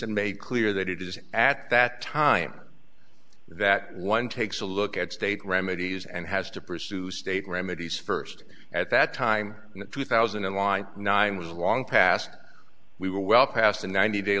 n made clear that it is at that time that one takes a look at state remedies and has to pursue state remedies first at that time in two thousand and line nine was long past we were well past the ninety